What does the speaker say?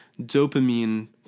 dopamine